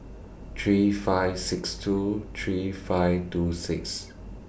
three five six two three five two six